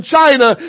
China